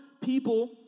people